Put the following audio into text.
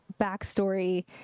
backstory